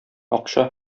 акча